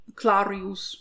clarius